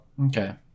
Okay